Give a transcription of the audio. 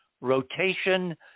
rotation